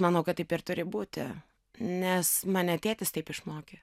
manau kad taip ir turi būti nes mane tėtis taip išmokė